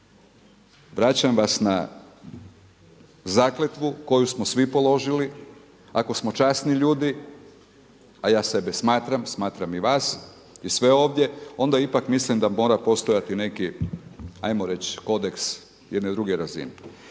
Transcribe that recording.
onako. Vraćam vas na zakletvu koju smo svi položili ako smo časni ljudi, a ja sebe smatram, smatram i vas i sve ovdje, onda ipak mislim da mora postojati neki, ajmo reći kodeks jedne druge razine.